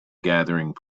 gathering